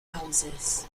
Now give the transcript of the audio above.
houses